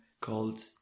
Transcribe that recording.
called